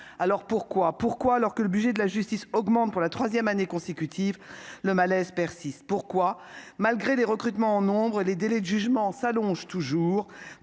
les juridictions. Pourquoi, alors que le budget de la justice augmente pour la troisième année consécutive, le malaise persiste-t-il ? Pourquoi, malgré les recrutements en nombre, les délais de jugement s'allongent-ils toujours,